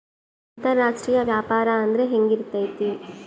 ಅಂತರಾಷ್ಟ್ರೇಯ ವ್ಯಾಪಾರ ಅಂದ್ರೆ ಹೆಂಗಿರ್ತೈತಿ?